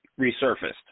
resurfaced